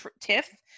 TIFF